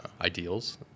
ideals